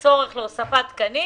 עולה הצורך בהוספת תקנים